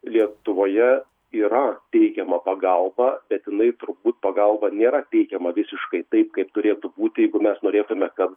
lietuvoje yra teikiama pagalba bet jinai turbūt pagalba nėra teikiama visiškai taip kaip turėtų būti jeigu mes norėtume kad